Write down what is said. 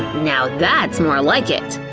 now that's more like it!